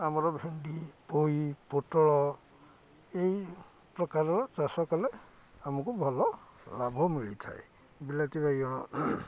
ଆମର ଭେଣ୍ଡି ପୋଇ ପୋଟଳ ଏଇ ପ୍ରକାରର ଚାଷ କଲେ ଆମକୁ ଭଲ ଲାଭ ମିଳିଥାଏ ବିଲାତି ବାଇଗଣ